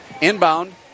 Inbound